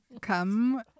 come